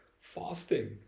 fasting